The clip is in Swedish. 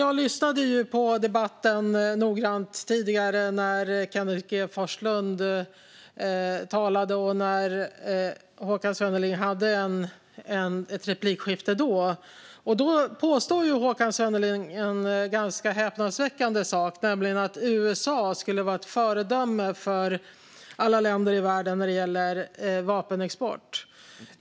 Jag lyssnade noggrant på debatten tidigare när Kenneth G Forslund talade och när Håkan Svenneling hade ett replikskifte med honom. Håkan Svenneling påstod då något häpnadsväckande, nämligen att USA var ett föredöme för alla länder i världen vad gäller vapenexport.